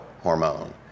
hormone